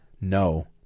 no